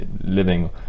living